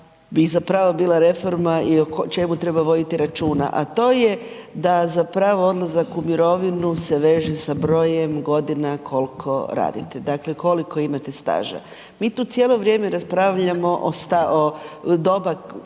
bi zapravo bila reforma i o čemu treba voditi računa, a to je da za pravo odlazak u mirovinu se veže sa brojem godina koliko radite, dakle koliko imate staža. Mi tu cijelo vrijeme raspravljamo o staro,